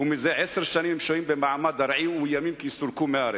וזה עשר שנים הם שוהים במעמד ארעי ומאוימים כי יסולקו מהארץ.